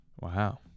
Wow